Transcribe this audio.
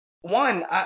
one